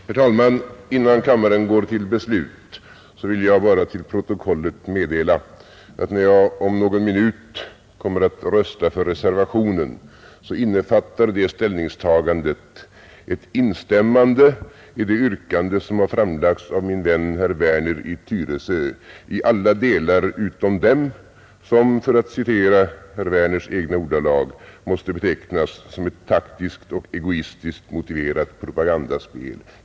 Herr talman! Innan kammaren går till beslut vill jag bara till protokollet meddela att när jag om någon minut kommer att rösta för reservationen, så innefattar det ställningstagandet ett instämmande i det yrkande som har framlagts av min vän herr Werner i Tyresö i alla delar utom den som — för att citera herr Werners egna ordalag — måste betecknas som ett taktiskt och egoistiskt motiverat propagandaspel.